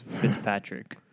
Fitzpatrick